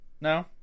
No